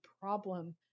problem